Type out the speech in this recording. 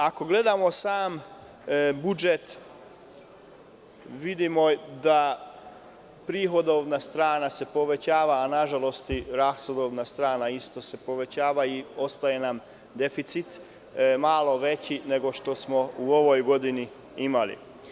Ako gledamo sam budžet, vidimo da je prihodovna strana povećana, ali na žalost i rashodna strana i ostaje nam deficit malo veći nego što smo u ovoj godini imali.